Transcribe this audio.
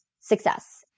success